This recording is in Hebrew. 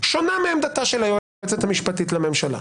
שונה מעמדתה של היועצת המשפטית לממשלה,